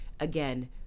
Again